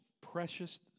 precious